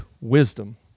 wisdom